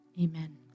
amen